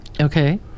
Okay